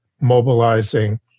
mobilizing